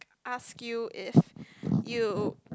ask you if you